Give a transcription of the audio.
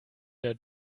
der